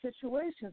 situations